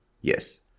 Yes